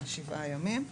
בשבעה ימים.